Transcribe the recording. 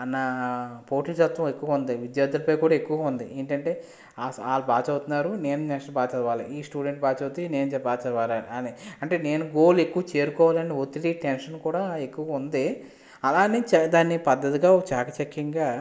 అన్న పోటీ తత్వం ఎక్కువ ఉంది విద్యార్థుపై కూడా ఎక్కువ ఉంది ఏంటంటే వాళ్ళు బాగా చదువుతున్నారు నేను నెక్స్ట్ బాగా చదవాలి ఈ స్టూడెంట్ బాగా చదివితే నేను బాగా చదవాలి అని అంటే నేను గోల్ ఎక్కువ చేరుకోవాలని ఒత్తిడి టెన్షన్ కూడా ఎక్కువగా ఉంది అలా అని దాన్ని పద్ధతిగా ఒక చాకచక్యంగా